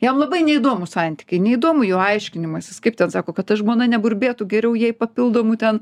jam labai neįdomu santykiai neįdomu jų aiškinimasis kaip ten sako kad ta žmona neburbėtų geriau jai papildomų ten